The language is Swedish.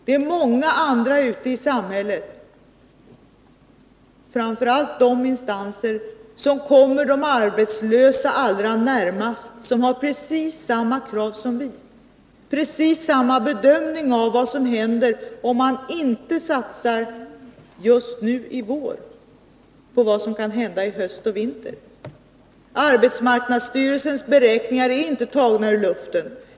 Det är många andra ute i samhället, framför allt de instanser som kommer de arbetslösa allra närmast, som har precis samma krav som vi, precis samma bedömning av vad som kan hända till hösten och vintern om man inte satsar just nu i vår. Arbetsmarknadsstyrelsens beräkningar är inte tagna ur luften.